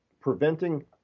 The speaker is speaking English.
preventing